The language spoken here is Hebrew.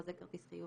"חוזה כרטיס חיוב",